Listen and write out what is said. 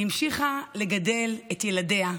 היא המשיכה לגדל את ילדיה,